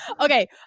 Okay